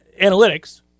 analytics